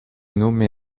nommé